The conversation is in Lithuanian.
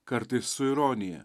kartais su ironija